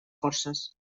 forces